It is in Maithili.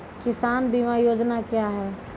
किसान बीमा योजना क्या हैं?